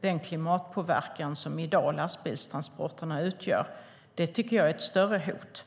den klimatpåverkan som lastbilstransporterna utgör tyngre. Jag tycker att det är ett större hot.